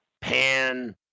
Pan